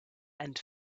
and